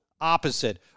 opposite